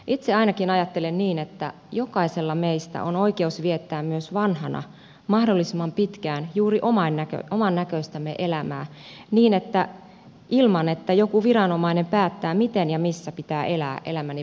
itse ainakin ajattelen niin että jokaisella meistä on oikeus viettää myös vanhana mahdollisimman pitkään juuri omannäköistämme elämää ilman että joku viranomainen päättää miten ja missä pitää elää elämänsä viimeiset vuodet